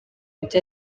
ibyo